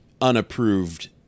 unapproved